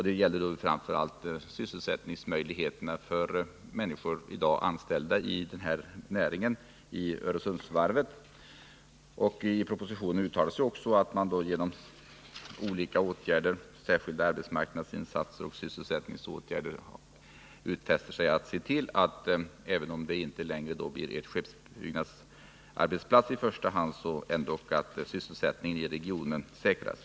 De gäller framför allt sysselsättningsmöjligheterna för de människor som i dag är anställda i denna näring vid Öresundsvarvet. I propositionen uttalas också att man genom olika åtgärder, särskilda arbetsmarknadsinsatser och sysselsättningsåtgärder, utfäster sig att se till att även om det inte längre i första hand blir en skeppsbyggnadsarbetsplats skall ändå sysselsättningen i regionen säkras.